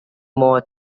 more